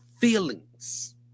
feelings